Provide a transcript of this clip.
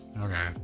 Okay